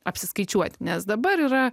apsiskaičiuoti nes dabar yra